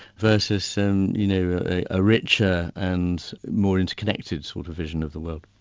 versus and you know a ah richer and more inter-connected sort of vision of the world.